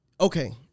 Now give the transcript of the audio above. Okay